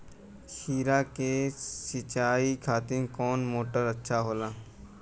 खीरा के सिचाई खातिर कौन मोटर अच्छा होला?